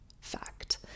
Fact